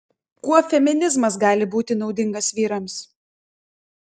kuo feminizmas gali būti naudingas vyrams